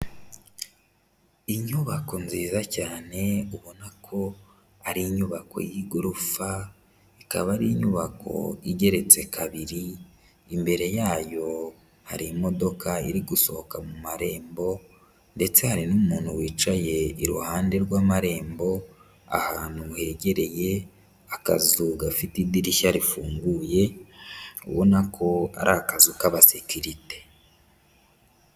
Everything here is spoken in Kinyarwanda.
Inyubako nziza cyane ubona ko ari inyubako y'igorofa, ikaba ari inyubako igeretse kabiri, imbere yayo hari imodoka iri gusohoka mu marembo, ndetse hari n'umuntu wicaye iruhande rw'amarembo ahantu hegereye akazu gafite idirishya rifunguye, ubona ko ari akazu k'abasekirite.